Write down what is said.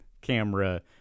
camera